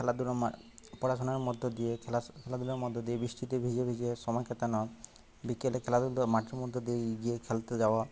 খেলাধুলো পড়াশুনোর মধ্য দিয়ে খেলাধুলোর মধ্য দিয়ে বৃষ্টিতে ভিজে ভিজে সময় কাটানো বিকেলে খেলাধুলো মাঠের মধ্যে দিয়ে গিয়ে খেলতে যাওয়া